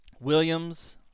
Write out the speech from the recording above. Williams